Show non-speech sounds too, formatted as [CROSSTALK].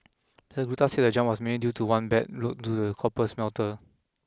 Mister Gupta said the jump was mainly due to one bad [UNINTELLIGIBLE] to the copper smelter